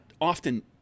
often